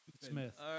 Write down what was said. Smith